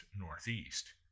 northeast